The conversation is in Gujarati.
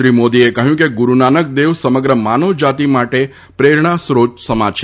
શ્રી મોદીએ કહ્યું કે ગુરૂનાનક દેવ સમગ્ર માનવ જાતિ માટે પ્રેરણાસ્રોત સમા છે